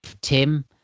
Tim